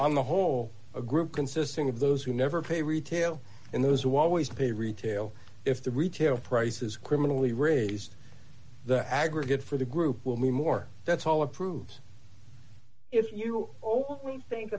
on the whole a group consisting of those who never pay retail and those who always pay retail if the retail price is criminally raised the aggregate for the group will be more that's all it proves if you